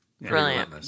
Brilliant